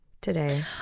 today